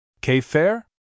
K-fair